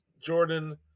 Jordan